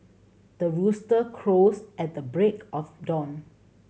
the rooster crows at the break of dawn